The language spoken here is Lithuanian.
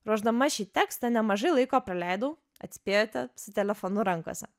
ruošdama šį tekstą nemažai laiko praleidau atspėjote su telefonu rankose